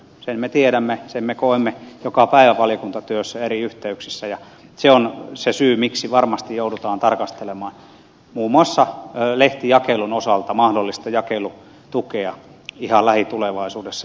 sen me tiedämme sen me koemme joka päivä valiokuntatyössä eri yhteyksissä ja se on syy miksi varmasti joudutaan tarkastelemaan muun muassa lehtijakelun osalta mahdollista jakelutukea ihan lähitulevaisuudessa